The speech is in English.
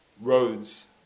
roads